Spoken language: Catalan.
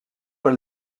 per